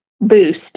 boost